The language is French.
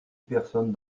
personnes